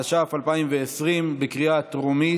התש"ף 2020, בקריאה טרומית.